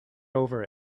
over